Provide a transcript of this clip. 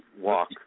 walk